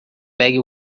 pegue